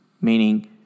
meaning